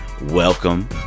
Welcome